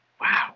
wow